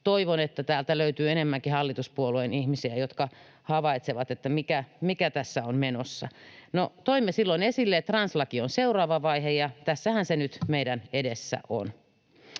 Toivon, että täältä löytyy enemmänkin hallituspuolueiden ihmisiä, jotka havaitsevat, että mikä tässä on menossa. No, toimme silloin esille, että translaki on seuraava vaihe, ja tässähän se nyt meidän edessämme on.